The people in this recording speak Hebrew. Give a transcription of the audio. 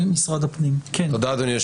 אמין,